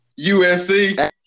USC